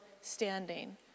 standing